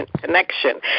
connection